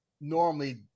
normally